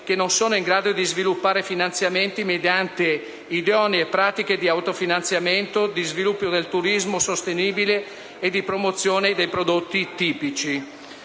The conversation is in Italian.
che non sono in grado di sviluppare finanziamenti mediante idonee pratiche di autofinanziamento, di sviluppo del turismo sostenibile e di promozione dei prodotti tipici.